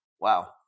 Wow